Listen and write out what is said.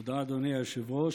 תודה, אדוני היושב-ראש.